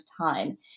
time